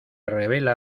revela